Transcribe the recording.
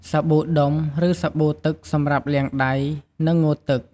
សាប៊ូដុំ ឬសាប៊ូទឹកសម្រាប់លាងដៃ និងងូតទឹក។